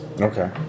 Okay